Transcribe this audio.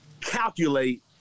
calculate